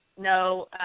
no